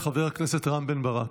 חבר הכנסת רם בן ברק.